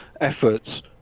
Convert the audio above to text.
efforts